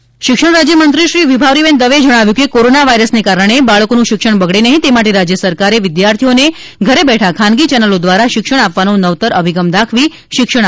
શ્રી વિભાવરી બેન દવે શિક્ષણ રાજ્યમંત્રી શ્રી વિભાવરી બેન દવેએ જણાવ્યું હતું કે કોરોનાવાયરસને કારણે બાળકોનું શિક્ષણ બગડે નહિં તે માટે રાજ્ય સરકારે વિદ્યાર્થીઓને ઘરેબેઠાં ખાનગી ચેનલો દ્વારા શિક્ષણ આપવાનો નવતર અભિગમ દાખવી શિક્ષણ આપ્યું છે